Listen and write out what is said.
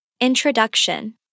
Introduction